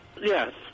Yes